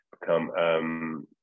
become